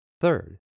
Third